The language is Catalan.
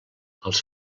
els